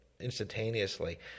instantaneously